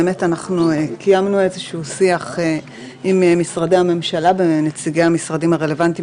קיימנו שיח עם משרדי הממשלה ועם נציגי המשרדים הרלוונטיים